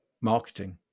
marketing